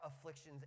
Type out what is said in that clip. afflictions